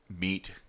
meet